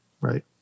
right